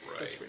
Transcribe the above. right